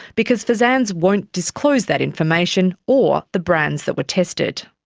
because fsanz won't disclose that information or the brands that were tested.